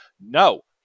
No